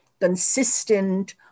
consistent